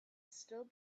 still